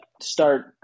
start